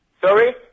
Sorry